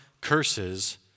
curses